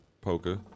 Poker